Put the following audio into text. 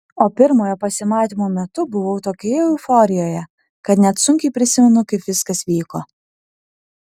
o pirmojo pasimatymo metu buvau tokioje euforijoje kad net sunkiai prisimenu kaip viskas vyko